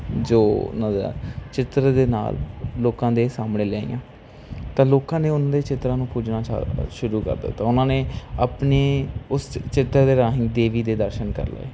ਜੋ ਉਨ੍ਹਾਂ ਦਾ ਚਿੱਤਰ ਦੇ ਨਾਲ ਲੋਕਾਂ ਦੇ ਸਾਹਮਣੇ ਲਿਆਈਆਂ ਤਾਂ ਲੋਕਾਂ ਨੇ ਉਨ੍ਹਾਂ ਦੇ ਚਿੱਤਰਾਂ ਨੂੰ ਪੂਜਣਾ ਸ਼ ਸ਼ੁਰੂ ਕਰ ਦਿੱਤਾ ਉਨ੍ਹਾਂ ਨੇ ਆਪਣੇ ਉਸ ਚਿ ਚਿੱਤਰ ਦੇ ਰਾਹੀਂ ਦੇਵੀ ਦੇ ਦਰਸ਼ਨ ਕਰ ਲਏ